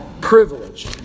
privilege